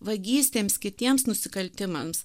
vagystėms kitiems nusikaltimams